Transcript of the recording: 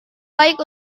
baik